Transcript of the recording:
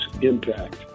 impact